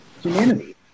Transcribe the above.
humanity